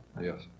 Yes